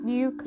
New